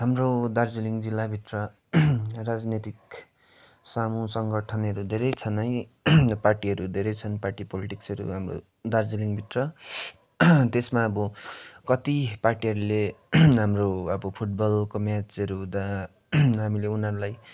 हाम्रो दार्जिलिङ जिल्ला भित्र राजनैतिक सामु सङ्गठनहरू धेरै छन् है पार्टीहरू धेरै छन् पार्टी पोलिटिक्सहरू हाम्रो दार्जिलिङ भित्र त्यसमा अब कति पार्टीहरूले हाम्रो अब फुटबलको म्याचहरू हुँदा हामीले उनीहरूलाई